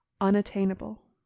unattainable